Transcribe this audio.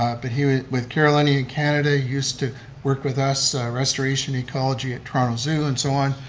ah but here with carolinian canada, used to work with us restoration ecology at toronto zoo and so on,